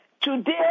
Today